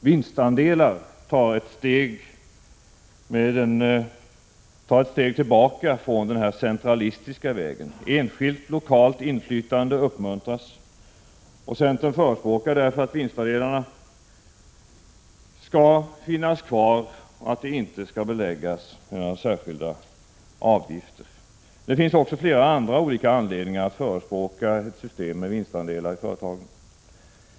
Vinstandelar innebär ett steg tillbaka från den centralistiska vägen. Enskilt lokalt inflytande uppmuntras, och centern förespråkar därför att vinstandelarna skall finnas kvar samt att de inte skall beläggas med några särskilda avgifter. Det finns också flera andra olika anledningar att förespråka ett system med vinstandelar i företag.